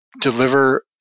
deliver